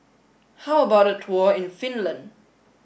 how about a tour in Finland